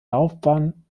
laufbahn